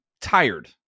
tired